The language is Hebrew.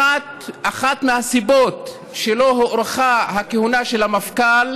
אחת הסיבות שלא הוארכה הכהונה של המפכ"ל